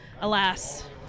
alas